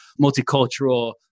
multicultural